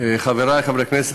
חברי חברי הכנסת,